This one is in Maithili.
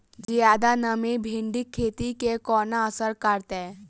जियादा नमी भिंडीक खेती केँ कोना असर करतै?